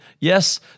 Yes